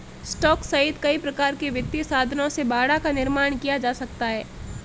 stock सहित कई प्रकार के वित्तीय साधनों से बाड़ा का निर्माण किया जा सकता है